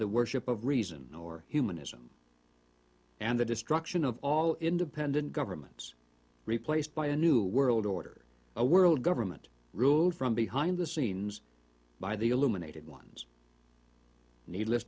the worship of reason or humanism and the destruction of all independent governments replaced by a new world order a world government ruled from behind the scenes by the illuminated ones needless